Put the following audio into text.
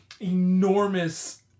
enormous